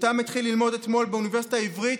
יותם התחיל ללמוד אתמול באוניברסיטה העברית,